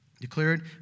Declared